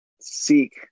seek